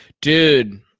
Dude